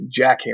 jackhammer